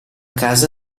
casa